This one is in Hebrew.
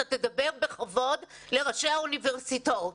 אתה תדבר בכבוד לראשי האוניברסיטאות,